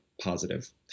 positive